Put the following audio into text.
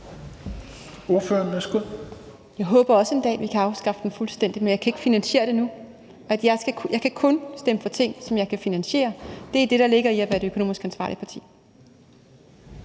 Schack Elholm (V): Jeg håber også, at vi en dag kan afskaffe den fuldstændig, men jeg kan ikke finansiere det nu. Jeg kan kun stemme for ting, som jeg kan finansiere. Det er det, der ligger i at være et økonomisk ansvarligt parti.